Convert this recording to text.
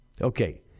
okay